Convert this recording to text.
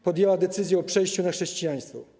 Podjęła decyzję o przejściu na chrześcijaństwo.